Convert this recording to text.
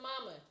mama